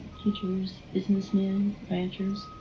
teachers, businessmen, ranchers,